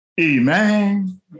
Amen